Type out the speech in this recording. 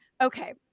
Okay